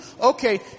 Okay